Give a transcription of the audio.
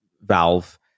Valve